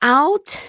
out